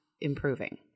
improving